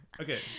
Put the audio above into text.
Okay